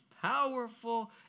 powerful